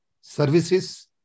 services